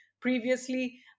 previously